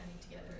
together